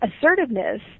assertiveness